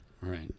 Right